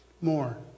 more